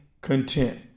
content